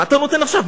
מה אתה נותן עכשיו?